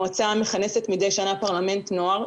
המועצה מכנסת מדי שנה פרלמנט נוער.